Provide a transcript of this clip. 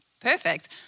perfect